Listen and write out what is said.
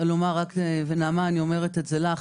נעמה אני אומרת לך,